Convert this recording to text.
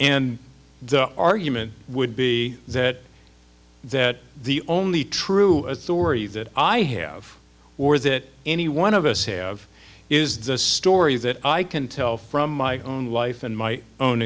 and the argument would be that that the only true story that i have or that any one of us have is the story that i can tell from my own life and my own